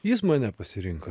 jis mane pasirinko